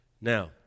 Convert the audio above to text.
Now